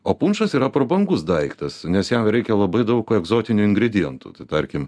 o punšas yra prabangus daiktas nes jam reikia labai daug egzotinių ingredientų tarkim